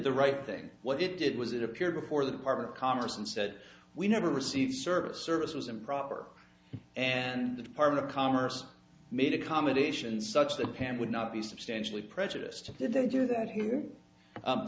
the right thing what it did was it appeared before the department of commerce and said we never received service service was improper and the department of commerce made accommodations such that pam would not be substantially prejudiced that they do that here